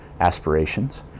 aspirations